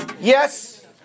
Yes